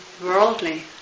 worldly